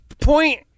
point